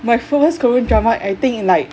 my first korean drama I think in like